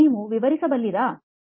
ನೀವು ವಿವರಿಸಬಲ್ಲೀರಿಯಾ